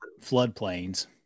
floodplains